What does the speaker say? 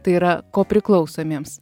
tai yra kopriklausomiems